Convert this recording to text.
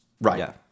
right